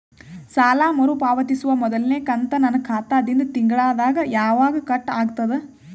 ಸಾಲಾ ಮರು ಪಾವತಿಸುವ ಮೊದಲನೇ ಕಂತ ನನ್ನ ಖಾತಾ ದಿಂದ ತಿಂಗಳದಾಗ ಯವಾಗ ಕಟ್ ಆಗತದ?